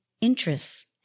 interests